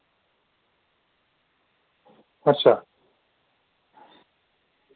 अच्छा